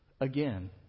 again